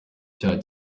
cyaba